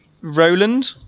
Roland